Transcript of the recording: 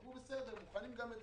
אמרו בסדר, מוכנים גם לזה.